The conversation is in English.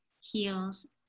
heals